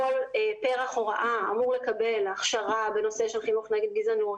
כל פרח הוראה אמור לקבל הכשרה בנושא של חינוך נגד גזענות